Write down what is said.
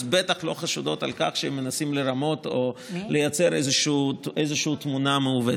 אז בטח הן לא חשודות שמנסים בהן לרמות או לייצר איזה תמונה מעוותת.